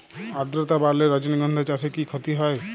আদ্রর্তা বাড়লে রজনীগন্ধা চাষে কি ক্ষতি হয়?